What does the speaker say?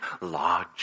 large